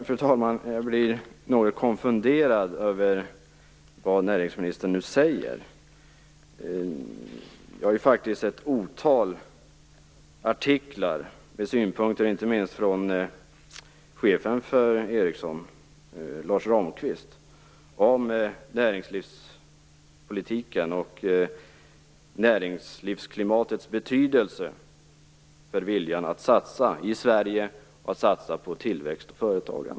Fru talman! Jag blir något konfunderad över vad näringsministern nu säger, med tanke på att jag har tagit del av ett otal artiklar med synpunkter, inte minst från chefen för Ericsson, Lars Ramqvist, om näringspolitiken och näringslivsklimatets betydelse för viljan att satsa på tillväxt och företagande i Sverige.